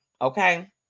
okay